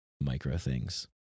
micro-things